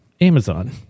Amazon